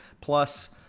plus